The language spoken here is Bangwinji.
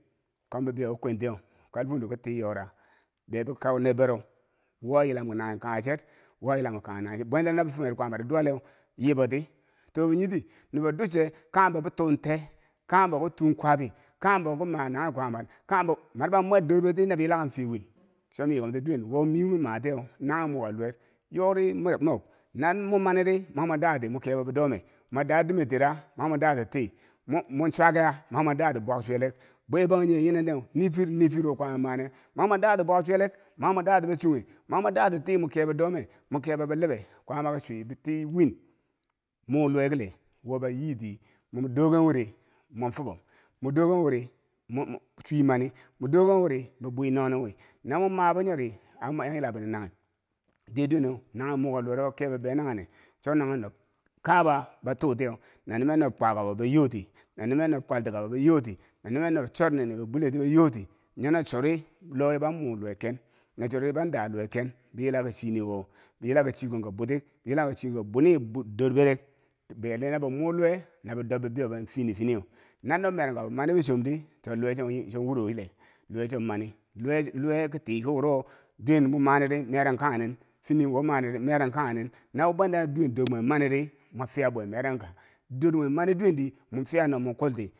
kom bibiyo kom kwen tiyeu kalfundo ko tii yora bebi kau ner bero wo a yilam ki naghen kanghe chet wo a yilam ke naghe kanghe chet bwen no nabi fumer kwaamaro duwalleu yibo ti, to bo nyiti nubo duche kaghembo bi tuun tee kaghem bo ki tuu kwaabi kaghem bo ki ma nanghen kwaamar kanghembo, maniba mwer dor ber ti nabo yilaken fiye win chomi yikomti duwewn wo miu mi matiyeu naghen muuka lowek yori mogmok nan mo mani dii mwa ma daa ti mwi kebo bidome mo da dumer tiira mamo dati tee mon mon chwakia mamo da ti buwak chuwelek bwe bangjinghe yine neu nifir, nifir wo kwaama maneu mwama dati buwak chwelak mwamu da ti bichoghe mwamu dati tii mwakebo dome kebo bilibe kwaama ke chwe be tii win, mo lowe kele woba yiti nomo doken wiri mon fubob mo doken wiri m- mo chwii mani modoken weri bibwi no nin wi na mo mabo nyo ri anyilabinen nanghen diye dowenneu nanghen muka lowero kebo be nanghe ne chonanghen do kaa ba batudiyeu nanime nob kwaaka ko boyoti nani me nob kwaltikako boyoti nani me nu bochot nini be bule tiyeu bo yoti nyonachori luwe ban muu luwe ken na chori ban daa luwe ken di nyila ka chiniwo, boyi la ka, chikon ka bwitik boyila ka chikonka bwuni dor beret biyonin na bo muu luwe na be dob bibeinin fini finiyeu na nob merangkabo ma ni kichob di to luwe cho cho wuro chile luwe chon mani luwe luwe ki ti wuro duwen momaniri meran kanghenin fini wo maniri meran kanghenin nawo bwentano duwen dormwer maniri mofiya bwa meranka durmwer mani duwenti mufiya nob mon kulti.